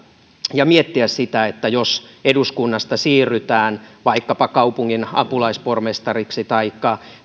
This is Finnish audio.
ja miettiä sitä että jos eduskunnasta siirrytään vaikkapa kaupungin apulaispormestariksi taikka